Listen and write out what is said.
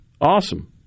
Awesome